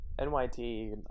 NYT